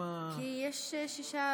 כי יש שישה